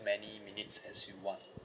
many minutes as you want